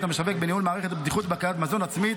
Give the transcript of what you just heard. המשווק בניהול מערכת בטיחות ובקרת מזון עצמית,